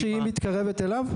זה שהיא מתקרבת אליו?